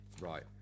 Right